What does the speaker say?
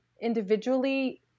individually